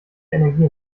energie